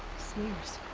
smears.